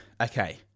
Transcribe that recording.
Okay